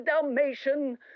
Dalmatian